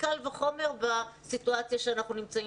קל וחומר בסיטואציה שאנחנו נמצאים,